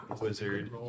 wizard